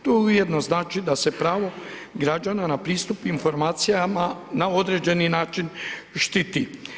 To ujedno znači da se pravo građana na pristup informacijama na određeni način štiti.